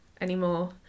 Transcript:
anymore